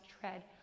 tread